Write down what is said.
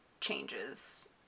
changes